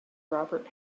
robert